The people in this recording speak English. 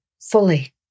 fully